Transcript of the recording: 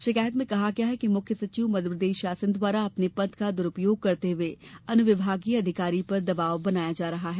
षिकायत में कहा गया है कि मुख्य सचिव मप्र शासन द्वारा अपने पद का दुरूपयोग करते हुए अनुविभागीय अधिकारी पर दबाव बनाया जा रहा है